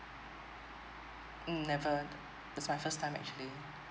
um never this my first time actually